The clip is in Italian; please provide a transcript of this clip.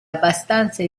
abbastanza